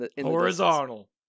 Horizontal